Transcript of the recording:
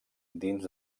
dins